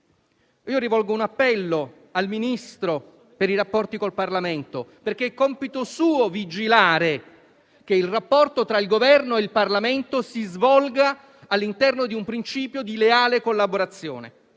Rivolgo un appello al Ministro per i rapporti con il Parlamento, perché è compito suo vigilare che il rapporto tra il Governo e il Parlamento si svolga all'interno di un principio di leale collaborazione: